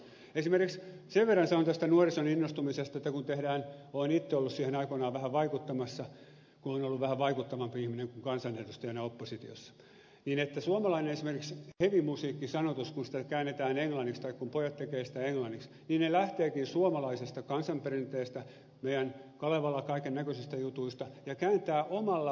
sen verran sanon tästä nuorison innostumisesta olen itse ollut siihen aikoinaan vähän vaikuttamassa kun olen ollut vähän vaikuttavampi ihminen kuin kansanedustajana oppositiossa että esimerkiksi suomalaisessa heavymusiikkisanoituksessa kun sitä käännetään englanniksi tai kun pojat tekevät sitä englanniksi he lähtevätkin suomalaisesta kansanperinteestä meidän kalevalan kaikennäköisistä jutuista ja kääntävät omalla tyylillään